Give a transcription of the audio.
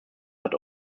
but